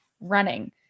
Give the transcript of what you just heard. running